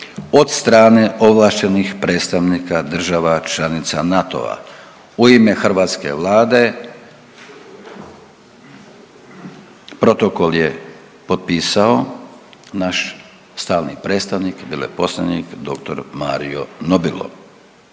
od strane ovlaštenih predstavnika država članica NATO-a. U ime hrvatske vlade protokol je potpisao naš stalni predstavnik, veleposlanik dr. Mario Nobilo.